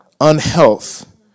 unhealth